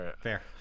Fair